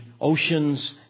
oceans